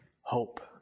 hope